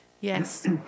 yes